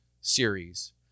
series